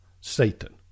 Satan